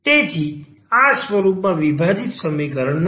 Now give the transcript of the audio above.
તેથી આ સ્વરૂપમાં વિભાજિત સમીકરણ નથી